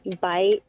bite